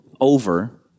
over